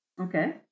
Okay